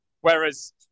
Whereas